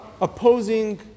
opposing